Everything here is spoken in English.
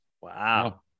Wow